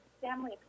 family